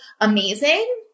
amazing